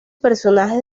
personaje